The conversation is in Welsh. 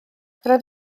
roedd